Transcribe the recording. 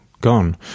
gone